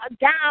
down